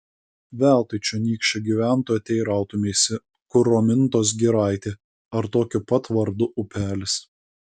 veltui čionykščio gyventojo teirautumeisi kur romintos giraitė ar tokiu pat vardu upelis